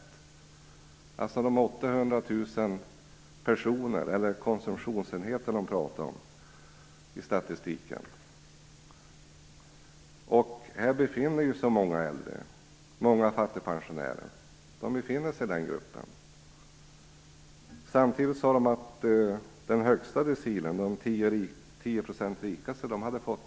Det rör sig alltså om 800 000 personer, eller konsumtionsenheter som det heter i statistiken. I denna grupp befinner sig många äldre och fattigpensionärer. Samtidigt visar statistiken att de inom den rikaste tiondelen har fått